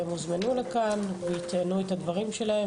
והם הוזמנו לכאן ויטענו את הדברים שלהם,